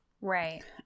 Right